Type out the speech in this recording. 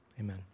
Amen